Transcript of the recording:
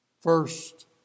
First